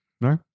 No